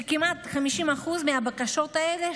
וכמעט 50% מהבקשות האלה,